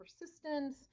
persistence